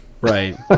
Right